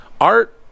Art